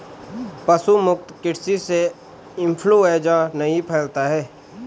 पशु मुक्त कृषि से इंफ्लूएंजा नहीं फैलता है